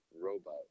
robot